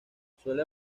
suele